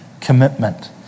Commitment